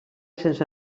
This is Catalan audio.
sense